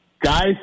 Guys